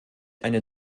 eine